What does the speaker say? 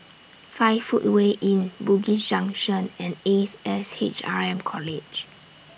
five Footway Inn Bugis Junction and Ace S H R M College